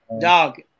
Dog